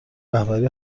رهبری